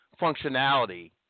functionality